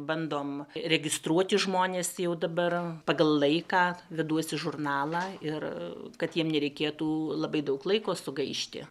bandom registruoti žmones jau dabar pagal laiką veduosi žurnalą ir kad jiem nereikėtų labai daug laiko sugaišti